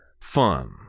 fun